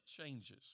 changes